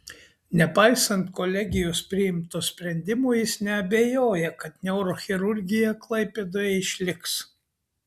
nepaisant kolegijos priimto sprendimo jis neabejoja kad neurochirurgija klaipėdoje išliks